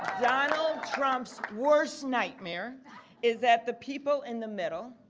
donald trump's worst nightmare is that the people in the middle,